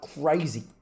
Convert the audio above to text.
crazy